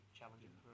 challenging